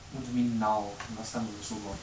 what do you mean now last time also got